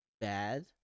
bad